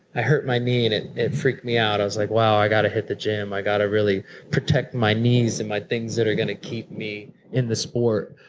i hurt my knee and and it freaked me out. i was like, wow, i gotta hit the gym. i gotta really protect my knees and my things that are going to keep me in the sport.